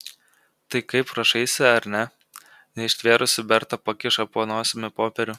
tai kaip rašaisi ar ne neištvėrusi berta pakiša po nosimi popierių